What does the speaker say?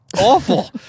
awful